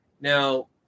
Now